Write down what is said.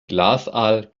glasaal